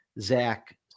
Zach